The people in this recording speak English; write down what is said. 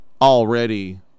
already